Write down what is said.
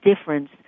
difference